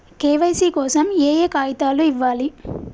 KYC కోసం ఏయే కాగితాలు ఇవ్వాలి?